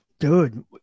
Dude